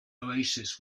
oasis